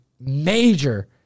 major